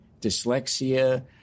dyslexia